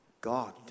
God